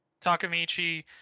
Takamichi